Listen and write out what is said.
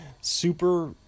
super